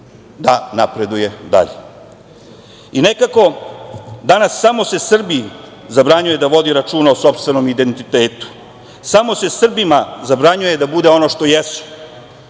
da napreduje dalje. Nekako danas samo se Srbi zabranjuje da vodi računa o sopstvenom identitetu, samo se Srbima zabranjuje da budu ono što jesu,